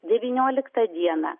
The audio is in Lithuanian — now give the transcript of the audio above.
devynioliktą dieną